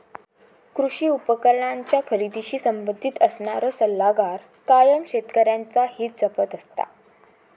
कृषी उपकरणांच्या खरेदीशी संबंधित असणारो सल्लागार कायम शेतकऱ्यांचा हित जपत असता